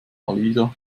alida